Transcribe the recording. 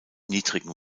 niedrigen